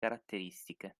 caratteristiche